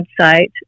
website